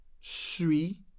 suis